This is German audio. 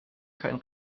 kein